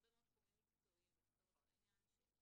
תחומים מקצועיים לצורך העניין,